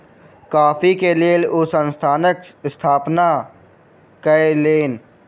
coffee के लेल ओ संस्थानक स्थापना कयलैन